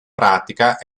pratica